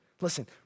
Listen